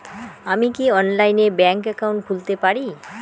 আমি কি অনলাইনে ব্যাংক একাউন্ট খুলতে পারি?